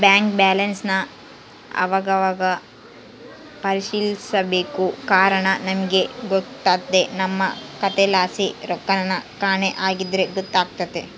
bank ಬ್ಯಾಲನ್ಸನ್ ಅವಾಗವಾಗ ಪರಿಶೀಲಿಸ್ಬೇಕು ಕಾರಣ ನಮಿಗ್ ಗೊತ್ತಾಗ್ದೆ ನಮ್ಮ ಖಾತೆಲಾಸಿ ರೊಕ್ಕೆನನ ಕಾಣೆ ಆಗಿದ್ರ ಗೊತ್ತಾತೆತೆ